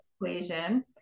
equation